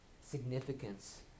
significance